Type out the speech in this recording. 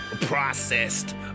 processed